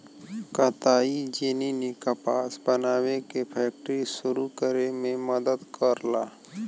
कताई जेनी ने कपास बनावे के फैक्ट्री सुरू करे में मदद करला